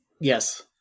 yes